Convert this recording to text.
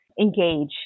engage